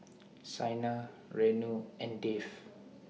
Saina Renu and Dev